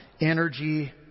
energy